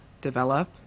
develop